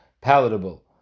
palatable